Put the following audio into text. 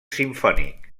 simfònic